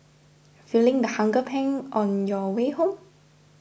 feeling the hunger pangs on your way home